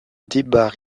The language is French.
débats